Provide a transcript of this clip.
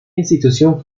institución